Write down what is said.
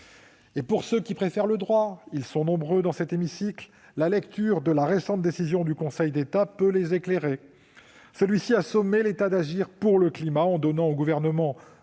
Pour ceux qui préfèrent le droit- ils sont nombreux ici -, la lecture de la récente décision du Conseil d'État est éclairante : celui-ci a sommé l'État d'agir pour le climat en donnant au Gouvernement